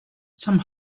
some